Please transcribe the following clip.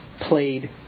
played